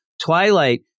Twilight